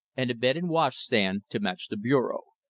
and a bed and washstand to match the bureau.